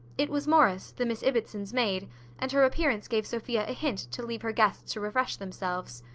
it was morris, the miss ibbotsons' maid and her appearance gave sophia a hint to leave her guests refresh themselves.